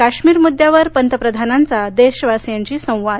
काश्मीर मुदद्द्यावर पंतप्रधानांचा देशवासियांशी संवाद